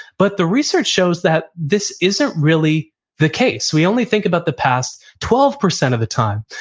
but the research shows that this isn't really the case. we only think about the past twelve percent of the time.